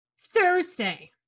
Thursday